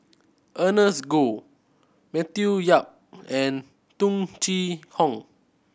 Ernest Goh Matthew Yap and Tung Chye Hong